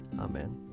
Amen